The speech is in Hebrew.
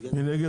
מי נגד?